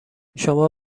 شما